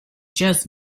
just